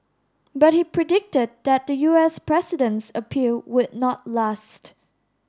but he predicted that the U S president's appeal would not last